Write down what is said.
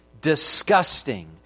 disgusting